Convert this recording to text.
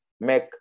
make